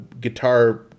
guitar